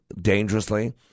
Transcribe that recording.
dangerously